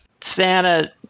Santa